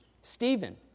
Stephen